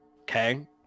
Okay